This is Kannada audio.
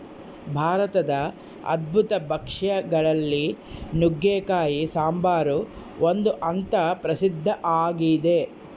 ಭಾರತದ ಅದ್ಭುತ ಭಕ್ಷ್ಯ ಗಳಲ್ಲಿ ನುಗ್ಗೆಕಾಯಿ ಸಾಂಬಾರು ಒಂದು ಅಂತ ಪ್ರಸಿದ್ಧ ಆಗಿದೆ